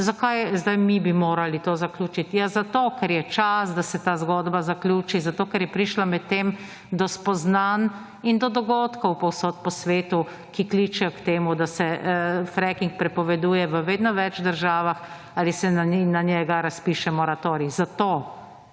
sedaj mi bi morali to zaključiti. Ja, zato, ker je čas, da se ta zgodba zaključi. Zato, ker je prišla med tem do spoznanj in do dogodkov povsod po svetu, ki kličejo k temu, da se fracking prepoveduje v vedno več državah ali se na njega razpiše moratorij. Zato!